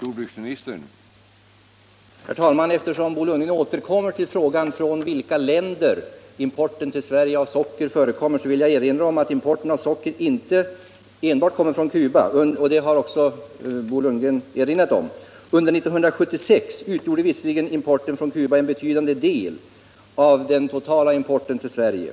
Herr talman! Eftersom Bo Lundgren återkommer till frågan om från vilka länder import till Sverige av socker förekommer, vill jag erinra om att importen av socker inte enbart kommer från Cuba — och det har också Bo Lundgren påpekat. Under 1976 utgjorde visserligen importen från Cuba en betydande del av den totala importen till Sverige.